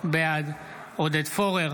בעד עודד פורר,